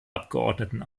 abgeordneten